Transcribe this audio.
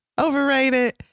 Overrated